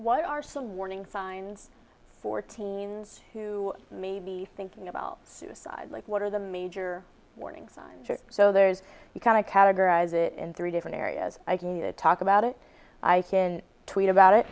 what are some warning signs for teens who may be thinking about side like what are the major warning signs so there's kind of categorize it in three different areas i can talk about it i can tweet about it